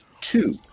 two